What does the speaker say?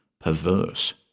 perverse